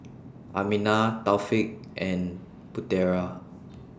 Aminah Taufik and Putera